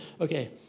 Okay